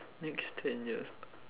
next ten years